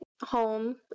home